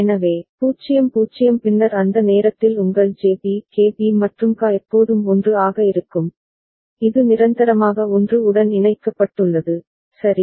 எனவே 0 0 பின்னர் அந்த நேரத்தில் உங்கள் JB KB மற்றும் KA எப்போதும் 1 ஆக இருக்கும் இது நிரந்தரமாக 1 உடன் இணைக்கப்பட்டுள்ளது சரி